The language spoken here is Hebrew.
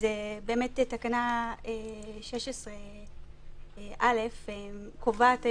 תקנה 16א קובעת היום,